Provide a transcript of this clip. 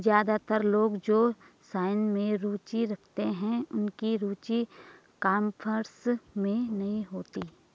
ज्यादातर लोग जो साइंस में रुचि रखते हैं उनकी रुचि कॉमर्स में नहीं होती